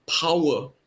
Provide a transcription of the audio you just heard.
power